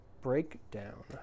breakdown